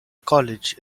college